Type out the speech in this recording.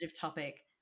topic